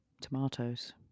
tomatoes